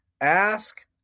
ask